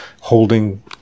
holding